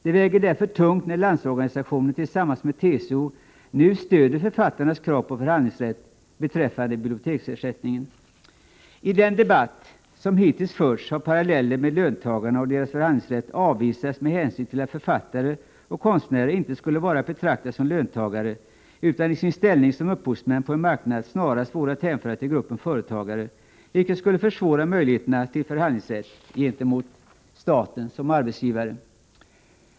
Det väger därför tungt att Landsorganisationen tillsammans med TCO nu stöder författarnas krav på förhandlingsrätt beträffande biblioteksersättningen. I den debatt som hittills förts har parallellen med löntagarna och deras förhandlingsrätt avvisats med hänvisning till att författare och konstnärer inte skulle vara att betrakta som löntagare, utan i sin ställning som upphovsmän på en marknad snarast vore att hänföra till gruppen företagare, vilket skulle försvåra möjligheten till förhandlingsrätt gentemot staten som arbetsgivare.